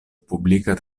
publika